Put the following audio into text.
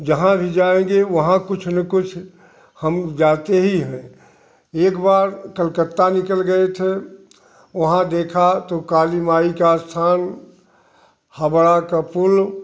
जहाँ भी जाएँगे वहाँ कुछ न कुछ हम जाते ही हैं एक बार कलकत्ता निकल गए थे वहाँ देखा तो काली माई का स्थान हावड़ा का पुल